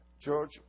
George